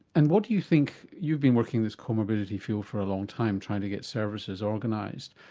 and what do you think you've been working this comorbidity field for a long time trying to get services organised,